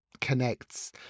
connects